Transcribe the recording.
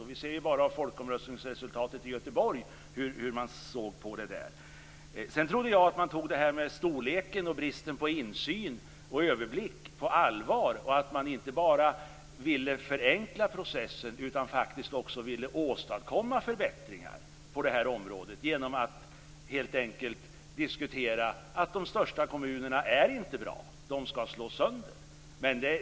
Av t.ex. folkomröstningsresultatet i Göteborg framgår hur man såg på detta. Vidare trodde jag att man tog frågan om storleken och bristen på insyn och överblick på allvar, så att man inte bara ville förenkla processen utan faktiskt också ville åstadkomma förbättringar på det här området och helt enkelt säga att de största kommunerna inte är bra utan skall slås sönder.